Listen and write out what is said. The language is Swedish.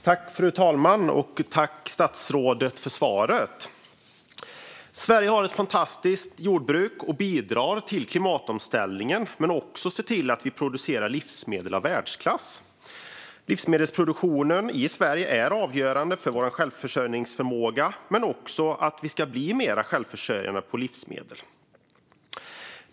Fru talman! Tack, statsrådet, för svaret! Sverige har ett fantastiskt jordbruk som bidrar till klimatomställningen och till att vi producerar livsmedel av världsklass. Livsmedelsproduktionen i Sverige är avgörande för vår självförsörjningsförmåga, alltså att vi ska bli mer självförsörjande på livsmedel.